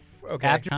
Okay